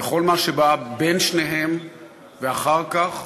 וכל מה שבא בין שניהם ואחר כך,